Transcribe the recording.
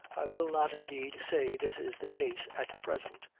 i will not indeed say this is the case at present,